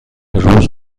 روز